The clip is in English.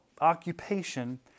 occupation